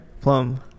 plum